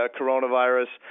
coronavirus